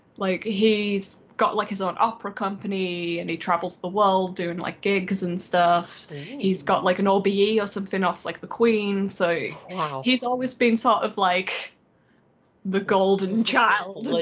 like he's got like his own opera company and he travels the world doing like gigs and stuff he's got like an obe yeah or something off like the queen so he's always been sort of like the golden child.